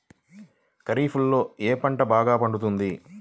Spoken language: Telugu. ఖరీఫ్లో ఏ పంటలు బాగా పండుతాయి?